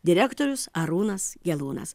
direktorius arūnas gelūnas